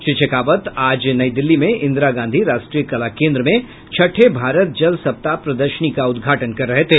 श्री शेखावत आज नई दिल्ली में इंदिरा गांधी राष्ट्रीय कला केन्द्र में छठे भारत जल सप्ताह प्रदर्शनी का उद्घाटन कर रहे थे